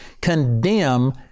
condemn